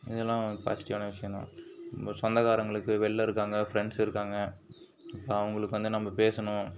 இதெல்லாம் பாசிட்டிவான விஷயந்தான் இப்போ சொந்தக்காரங்களுக்கு வெளியில் இருக்காங்க ஃப்ரெண்ட்ஸ் இருக்காங்க இப்போ அவங்களுக்கு வந்து நம்ம பேசணும்